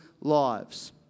lives